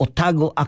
Otago